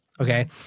Okay